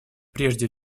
прежде